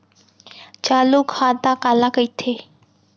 चालू खाता काला कहिथे?